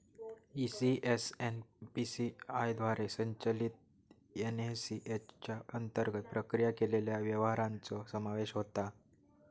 ECS NPCI द्वारे संचलित NACH च्या अंतर्गत प्रक्रिया केलेल्या व्यवहारांचो समावेश होता